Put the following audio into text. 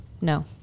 No